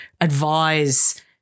advise